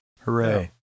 Hooray